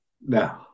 No